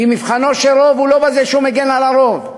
כי מבחנו של רוב הוא לא בזה שהוא מגן על הרוב,